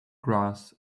grass